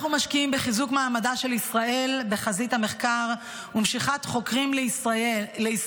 אנחנו משקיעים בחיזוק מעמדה של ישראל בחזית המחקר ומשיכת חוקרים לישראל